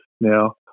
now